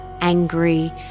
angry